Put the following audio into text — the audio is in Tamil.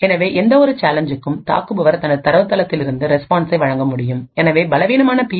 எனவே எந்தவொரு சேலஞ்ச்சுக்கும் தாக்குபவர் தனது தரவுத்தளத்தில் இருந்து ரெஸ்பான்ஸ்சை வழங்க முடியும் எனவே பலவீனமான பி